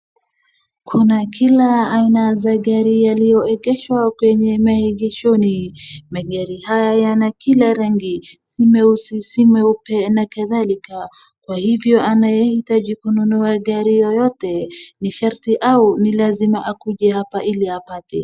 Kuna kila aina za gari yaliyoegeshwa kwenye maegeshoni. Magari haya yana kila rangi, si meusi, si meupe na kadhalika. Kwa hivyo anayehitaji kununua gari yoyote, ni sharti au ni lazima akuje hapa ili apate.